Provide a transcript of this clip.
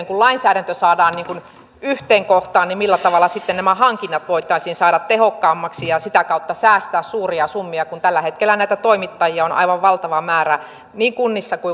kun lainsäädäntö saadaan yhteen kohtaan niin millä tavalla sitten nämä hankinnat voitaisiin saada tehokkaammaksi ja sitä kautta säästää suuria summia kun tällä hetkellä näitä toimittajia on aivan valtava määrä niin kunnissa kuin valtiollakin